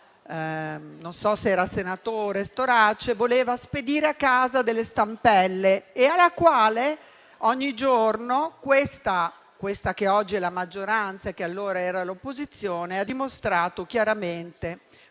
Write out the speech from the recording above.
(non so se era senatore) voleva spedire a casa delle stampelle e alla quale ogni giorno questa che oggi è la maggioranza e che allora era l'opposizione ha dimostrato chiaramente il livello